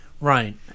Right